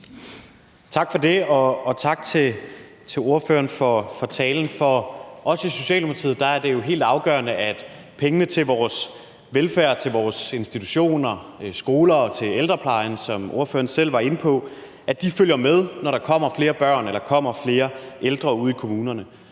Tak for det. Og tak til ordføreren for talen. For os i Socialdemokratiet er det jo helt afgørende, at pengene til vores velfærd – til vores institutioner, skoler og til ældreplejen, som ordføreren selv var inde på – følger med, når der kommer flere børn eller kommer flere ældre ude i kommunerne.